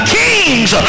kings